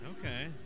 Okay